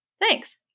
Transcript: Thanks